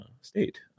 State